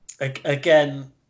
Again